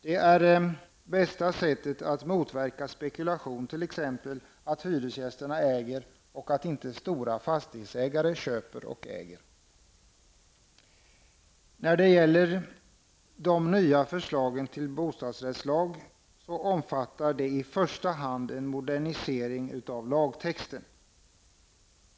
Det bästa sättet att motverka spekulation är att hyresgästerna äger lägenheterna, inte att stora fastighetsägare köper och äger dem. Det nya förslaget till bostadsrättslag omfattar i första hand en modernisering av lagtexten.